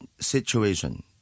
situation